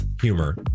humor